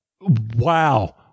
Wow